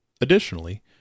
Additionally